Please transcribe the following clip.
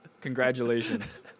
Congratulations